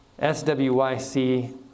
swyc